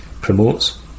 promotes